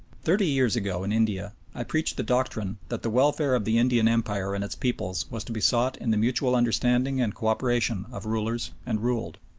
thirty years ago in india i preached the doctrine that the welfare of the indian empire and its peoples was to be sought in the mutual understanding and co-operation of rulers and ruled.